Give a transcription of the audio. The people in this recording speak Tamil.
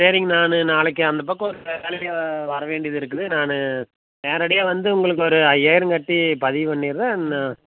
சரிங்க நான் நாளைக்கு அந்த பக்கம் ஒரு வேலையாக வர வேண்டியது இருக்குது நான் நேரடியாக வந்து உங்களுக்கு ஒரு ஐயாயிரம் கட்டி பதிவு பண்ணிடுறேன்னு